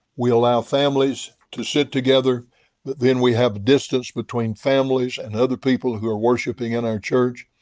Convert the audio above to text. we allow families to sit together, but then we have distance between families and other people who are worshiping in our church.